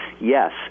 Yes